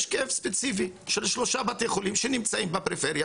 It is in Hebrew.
יש כאב ספציפי של שלושה בתי חולים שנמצאים בפריפריה